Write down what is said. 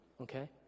okay